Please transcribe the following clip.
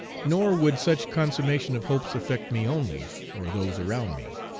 nor would such consummation of hopes affect me only, or those around me.